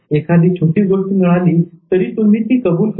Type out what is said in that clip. एखादी छोटी गोष्ट मिळाली तरी तुम्ही ती कबूल करा